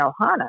Ohana